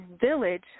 village